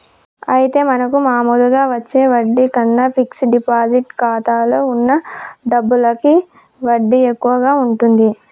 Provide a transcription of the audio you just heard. అయితే మనకు మామూలుగా వచ్చే వడ్డీ కన్నా ఫిక్స్ డిపాజిట్ ఖాతాలో ఉన్న డబ్బులకి వడ్డీ ఎక్కువగా ఉంటుంది